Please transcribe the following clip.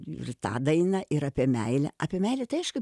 ir tą dainą ir apie meilę apie meilę tai aišku